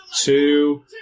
two